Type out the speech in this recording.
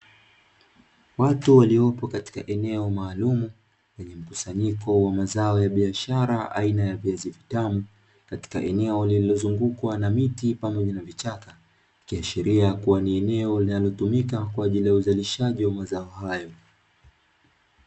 Watu waliopo katika eneo maalumu, lenye mkusanyiko wa mazao ya biashara aina ya viazi vitamu katika eneo lililozungukwa na miti pamoja na vichaka ,ikiashiria kua ni eneo linalotumika kwaajili ya uzalishaji wa mazao hayo.